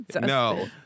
No